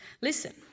Listen